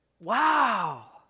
Wow